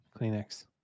kleenex